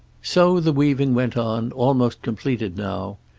so the weaving went on, almost completed now.